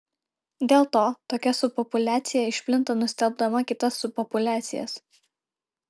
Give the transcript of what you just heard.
dėl to tokia subpopuliacija išplinta nustelbdama kitas subpopuliacijas